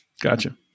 Gotcha